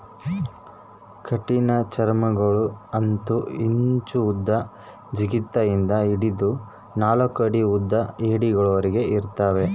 ಕಠಿಣಚರ್ಮಿಗುಳು ಅರ್ಧ ಇಂಚು ಉದ್ದದ ಜಿಗಿತ ಇಂದ ಹಿಡಿದು ನಾಲ್ಕು ಅಡಿ ಉದ್ದದ ಏಡಿಗಳವರೆಗೆ ಇರುತ್ತವೆ